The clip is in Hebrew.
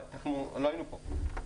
לא היינו פה.